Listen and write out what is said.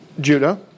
Judah